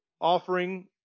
offering